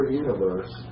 universe